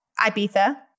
Ibiza